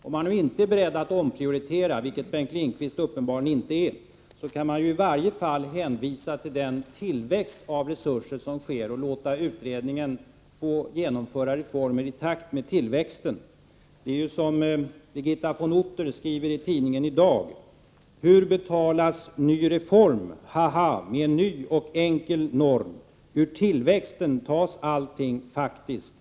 Om man nu inte är beredd att omprioritera, vilket Bengt Lindqvist uppenbarligen inte är, kan man i varje fall hänvisa till den tillväxt av resurser som sker och låta utredningen få föreslå reformer i takt med tillväxten. Det är ju som Birgitta von Otter skriver i Expressen i dag: Haha, med en ny och enkel norm Ur tillväxten tas allting, faktiskt.